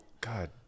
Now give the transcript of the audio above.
God